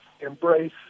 embrace